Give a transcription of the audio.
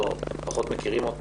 שפחות מכירים,